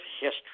history